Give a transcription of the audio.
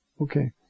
Okay